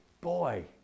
boy